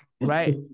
right